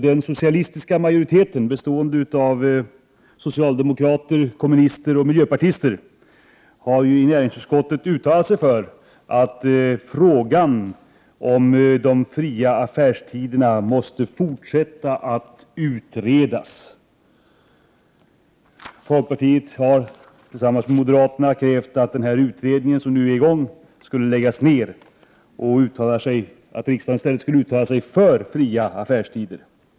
Den socialistiska majoriteten bestående av socialdemokrater, kommunister och miljöpartister har i näringsutskottet uttalat sig för att frågan om de fria affärstiderna måste utredas vidare. Folkpartiet har tillsammans med moderaterna krävt att den utredning som nu pågår skulle läggas ned, och att riksdagen i stället skulle uttala sig för fria affärstider.